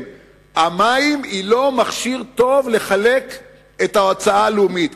המים הם לא מכשיר טוב לחלק את ההוצאה הלאומית.